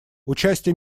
участие